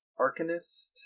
Arcanist